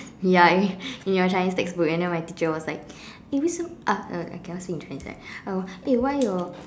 ya in your Chinese textbook and then my teacher was like eh 为什么 uh oh cannot say in Chinese right uh eh why your